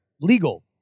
legal